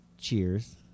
Cheers